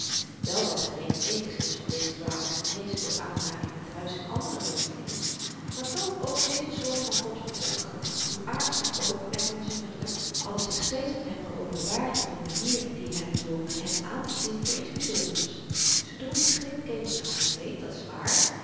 wel was hy reeds eenigszins van deze dwaling genezen door aanraking met huis en andere dominees maar toch ook deze soort van godverkondigers hoe aardsch dan ook en onzienerlyk hadden zich steeds aan hem geopenbaard op n manier die hem dwong hen aantezien voor iets byzonders ze droegen geen kemelsharen kleed dat